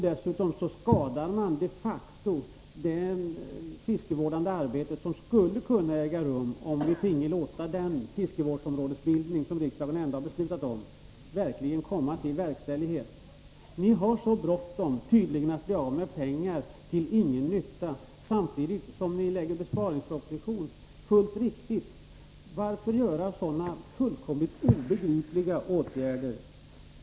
Dessutom skadar man de facto det fiskevårdsarbete som skulle kunna äga rum om vi finge låta den fiskevårdsområdesbildning som riksdagen ändå har beslutat om komma till verkställighet. Ni har tydligen mycket bråttom med att bli av med pengar till ingen nytta, samtidigt som ni lägger fram en besparingsproposition, något som är fullt riktigt. Varför vidta sådana här fullkomligt obegripliga åtgärder?